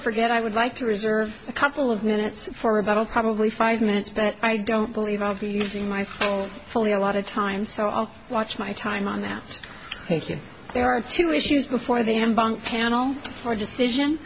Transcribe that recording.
i forget i would like to reserve a couple of minutes for about all probably five minutes but i don't believe i'll be using my full fully a lot of time so i'll watch my time on that thank you there are two issues before they hand bank tanel or decision